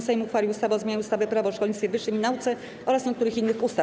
Sejm uchwalił ustawę o zmianie ustawy - Prawo o szkolnictwie wyższym i nauce oraz niektórych innych ustaw.